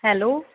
hello